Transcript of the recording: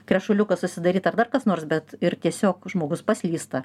krešuliukas susidaryt ar dar kas nors bet ir tiesiog žmogus paslysta